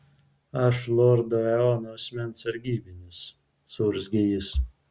aš lordo eono asmens sargybinis suurzgė jis